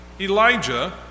Elijah